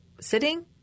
sitting